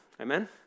Amen